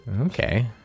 Okay